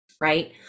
Right